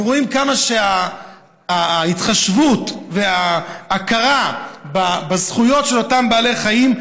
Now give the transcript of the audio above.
אנחנו רואים כמה שההתחשבות וההכרה בזכויות של אותם בעלי חיים,